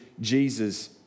Jesus